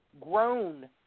grown